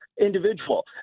individual